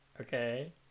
okay